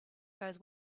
goes